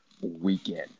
weekend